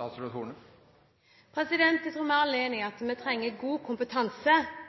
Jeg tror alle vi er enige om at vi trenger god kompetanse